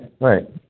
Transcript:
right